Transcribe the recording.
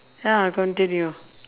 ya continue